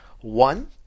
One